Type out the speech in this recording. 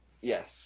Yes